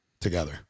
together